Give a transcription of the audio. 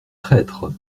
traître